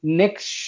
next